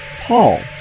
Paul